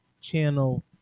channel